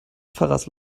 pfarrers